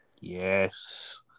Yes